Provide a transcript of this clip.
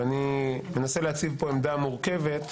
אני אנסה להציב פה עמדה מורכבת.